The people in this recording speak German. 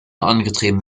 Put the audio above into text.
angetrieben